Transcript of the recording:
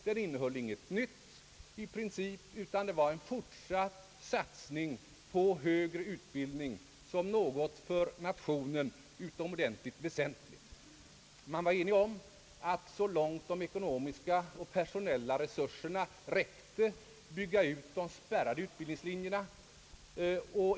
Den innehöll i princip inget nytt, utan var en fortsatt satsning på den högre utbildningen som något för nationen utomordentligt väsentligt. Man var enig om att så långt de ekonomiska och personella resurserna räckte bygga ut de spärrade utbildningslinjerna.